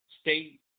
state